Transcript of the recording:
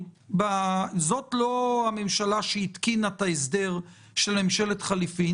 זאת לא הממשלה שהתקינה את ההסדר של ממשלת חילופים